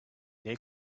they